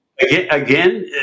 Again